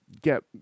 Get